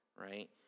right